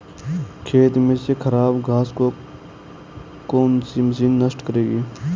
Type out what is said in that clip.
खेत में से खराब घास को कौन सी मशीन नष्ट करेगी?